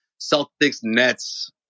Celtics-Nets